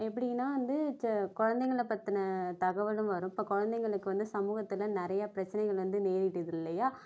எப்படின்னா வந்து ச குழந்தைங்கள பற்றின தகவலும் வரும் இப்போ குழந்தைங்களுக்கு வந்து சமூகத்தில் நிறைய பிரச்சினைகள் வந்து நேரிடுது இல்லையா